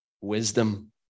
wisdom